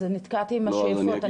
אז נתקעתי עם השאיפות,